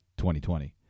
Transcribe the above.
2020